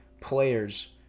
players